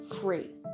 free